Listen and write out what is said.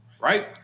right